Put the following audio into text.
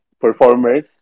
performers